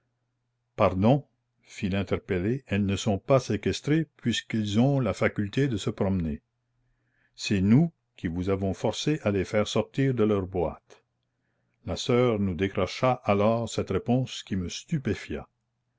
fit l'interpellée elles ne sont pas séquestrées puisqu'elles ont la faculté de se promener c'est nous qui vous avons forcées à les faire sortir de leurs boîtes la sœur nous décrocha alors cette réponse qui me stupéfia